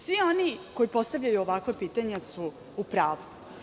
Svi oni koji postavljaju ovakva pitanja su u pravu.